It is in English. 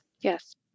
Yes